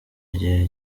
igihe